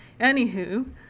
Anywho